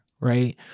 Right